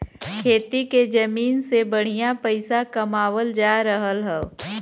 खेती के जमीन से बढ़िया पइसा कमावल जा रहल हौ